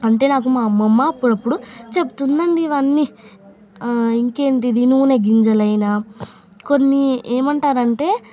అంటే నాకు మా అమ్మమ్మ అప్పుడప్పుడు చెప్తుందండి ఇవన్నీ ఇంకేంటిది నూనె గింజలైన కొన్ని ఏమంటారు అంటే